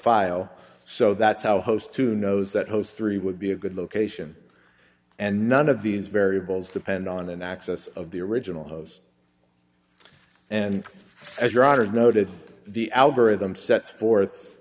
file so that's how host who knows that those three would be a good location and none of these variables depend on an access of the original host and as your honor is noted the algorithm sets forth